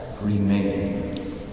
remain